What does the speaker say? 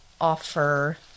offer